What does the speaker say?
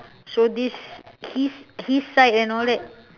so this his his side and all that